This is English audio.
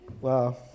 Wow